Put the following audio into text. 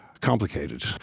complicated